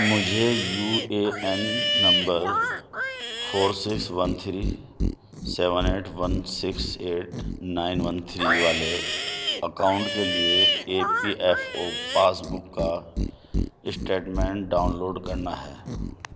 مجھے U A N number four six one three seven eight one six eight nine one three والے account کے لیے E P F O passbook کا statement download کرنا ہے